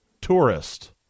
tourist